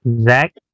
Zach